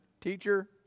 teacher